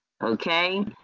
okay